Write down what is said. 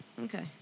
Okay